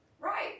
Right